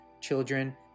children